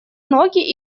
ноги